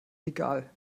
egal